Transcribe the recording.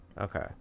okay